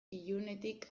ilunetik